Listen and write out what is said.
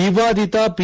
ವಿವಾದಿತ ಪಿ